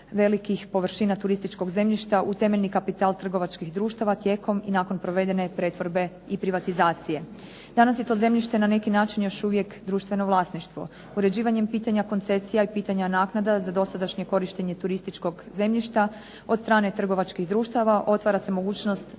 velikih površina turističkog zemljišta u temeljni kapital trgovačkih društava tijekom i nakon provedene pretvorbe i privatizacije. Danas je to zemljište na neki način još uvijek društveno vlasništvo, uređivanjem pitanja koncesija i pitanja naknada za dosadašnje korištenje turističkog zemljišta od strane trgovačkih društava otvara se mogućnost